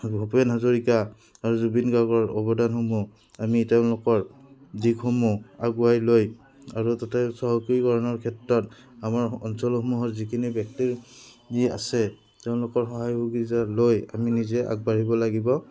ভূপেন হাজৰিকা আৰু জুবিন গাৰ্গৰ অৱদানসমূহ আমি তেওঁলোকৰ দিশসমূহ আগুৱাই লৈ আৰু তাতে চহকীকৰণৰ ক্ষেত্ৰত আমাৰ অঞ্চলসমূহৰ যিখিনি ব্যক্তিৰ যি আছে তেওঁলোকৰ সহায় সুবিধা লৈ আমি নিজে আগবাঢ়িব লাগিব